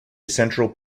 central